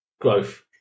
growth